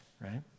right